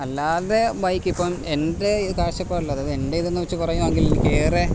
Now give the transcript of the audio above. അല്ലാതെ ബൈക്ക് ഇപ്പോൾ എൻ്റെ ഈ കാഴ്ചപ്പാടിൽ അതായത് എൻ്റെ ഇത് വെച്ചു പറയുകയാണെങ്കിൽ എനിക്ക് ഏറെ